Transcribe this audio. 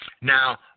Now